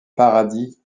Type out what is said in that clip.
paradis